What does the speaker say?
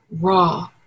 raw